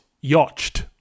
yacht